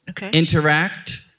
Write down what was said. interact